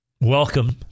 Welcome